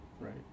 Right